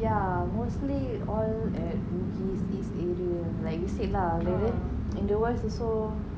yeah mostly all at bugis east area like you said lah in the west also